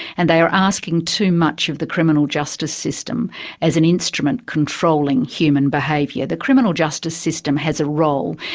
and they are asking too much of the criminal justice system as an instrument controlling human behaviour. the criminal justice system has a role,